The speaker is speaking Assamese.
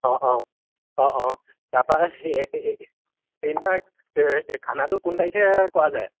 অঁ অঁ অঁ অঁ তাৰপৰা হেৰি নহয় খানাটো কোন তাৰিখে কৰা যায়